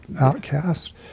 outcast